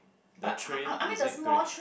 the tree is it grey